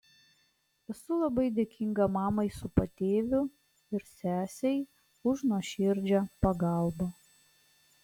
esu labai dėkinga mamai su patėviu ir sesei už nuoširdžią pagalbą